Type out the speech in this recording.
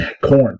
corn